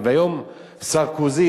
והיום סרקוזי,